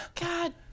God